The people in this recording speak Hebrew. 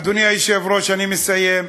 אדוני היושב-ראש, אני מסיים.